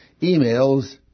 emails